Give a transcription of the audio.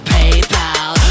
PayPal